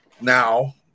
now